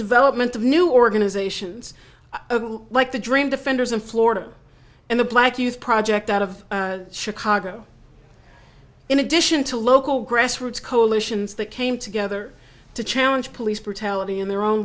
development of new organizations like the dream defenders in florida and the black youth project out of chicago in addition to local grassroots coalitions that came together to challenge police brutality in their own